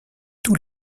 tous